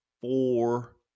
four